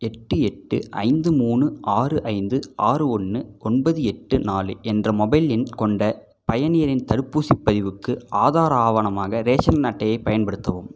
எட்டு எட்டு ஐந்து மூணு ஆறு ஐந்து ஆறு ஒன்று ஒன்பது எட்டு நாலு என்ற மொபைல் எண் கொண்ட பயனியரின் தடுப்பூசிப் பதிவுக்கு ஆதார் ஆவணமாக ரேஷன் அட்டையை பயன்படுத்தவும்